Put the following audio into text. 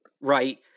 Right